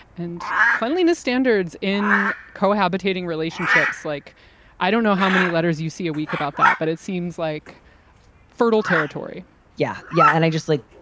and cleanliness standards in cohabiting relationships, like i don't know how many letters you see a week about that, but it seems like fertile territory yeah. yeah. and i just like,